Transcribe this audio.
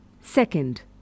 Second